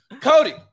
Cody